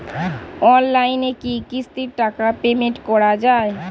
অনলাইনে কি কিস্তির টাকা পেমেন্ট করা যায়?